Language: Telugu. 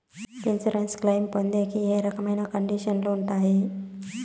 ఇన్సూరెన్సు క్లెయిమ్ పొందేకి ఏ రకమైన కండిషన్లు ఉంటాయి?